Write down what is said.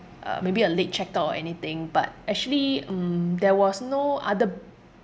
uh maybe a late check out or anything but actually mm there was no other